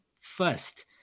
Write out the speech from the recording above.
first